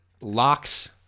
locks